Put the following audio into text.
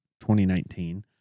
2019